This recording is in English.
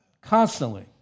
Constantly